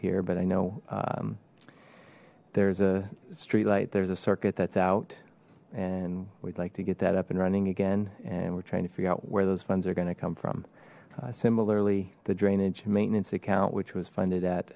here but i know there's a streetlight there's a circuit that's out and we'd like to get that up and running again and we're trying to figure out where those funds are going to come from similarly the drainage maintenance account which was funded at